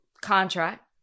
contract